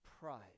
pride